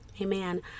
amen